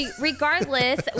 Regardless